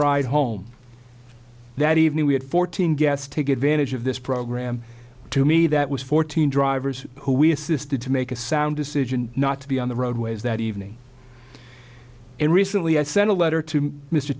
ride home that evening we had fourteen guests take advantage of this program to me that was fourteen drivers who we assisted to make a sound decision not to be on the roadways that evening and recently i sent a letter to mr